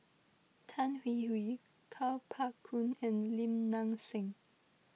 Tan Hwee Hwee Kuo Pao Kun and Lim Nang Seng